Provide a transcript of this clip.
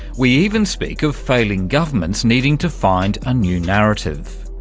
we even speak of failing governments needing to find a new narrative.